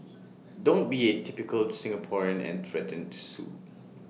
don't be A typical Singaporean and threaten to sue